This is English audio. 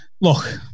look